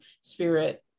spirit